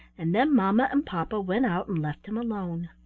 and then mamma and papa went out and left him alone.